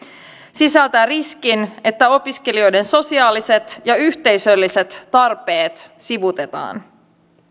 sisältää riskin että opiskelijoiden sosiaaliset ja yhteisölliset tarpeet sivuutetaan